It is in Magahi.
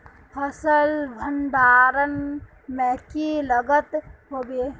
फसल भण्डारण में की लगत होबे?